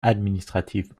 administratifs